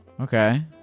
Okay